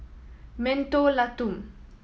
Mentholatum